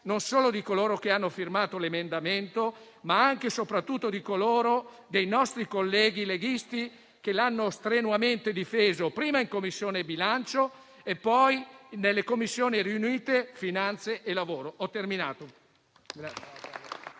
non solo di coloro che hanno firmato l'emendamento, ma anche e soprattutto dei nostri colleghi leghisti che l'hanno strenuamente difeso prima in Commissione bilancio e poi nelle Commissioni riunite finanze e lavoro.